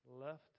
left